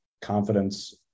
confidence